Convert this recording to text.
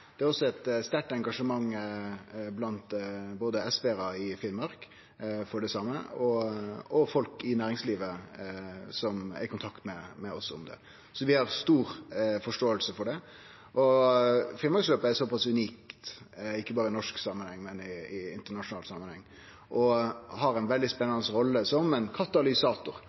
Det er også eit sterkt engasjement for det blant både SV-are i Finnmark og folk i næringslivet, som er i kontakt med oss om det. Så vi har stor forståing for det. Finnmarksløpet er såpass unikt, ikkje berre i norsk samanheng, men i internasjonal samanheng, og har ei veldig spennande rolle som ein katalysator